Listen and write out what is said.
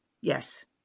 Yes